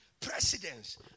presidents